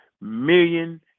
million